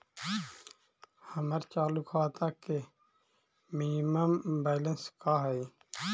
हमर चालू खाता के मिनिमम बैलेंस का हई?